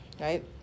right